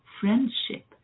friendship